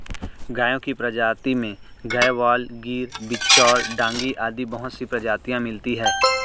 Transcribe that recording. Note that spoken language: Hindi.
गायों की प्रजाति में गयवाल, गिर, बिच्चौर, डांगी आदि बहुत सी प्रजातियां मिलती है